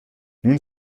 nun